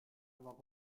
avoir